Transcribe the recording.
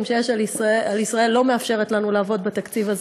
שיש על ישראל לא מאפשרת לנו לעבוד בתקציב הזה,